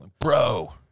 Bro